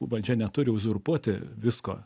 valdžia neturi uzurpuoti visko